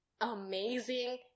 amazing